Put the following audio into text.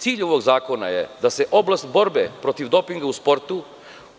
Cilj ovog zakona je da se oblast borbe protiv dopinga u sportu